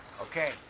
Okay